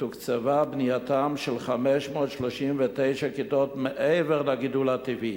ותוקצבה בנייתן של 539 כיתות מעבר לגידול הטבעי,